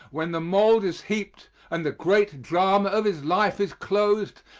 when the mold is heaped and the great drama of his life is closed,